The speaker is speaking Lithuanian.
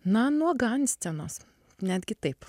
na nuoga ant scenos netgi taip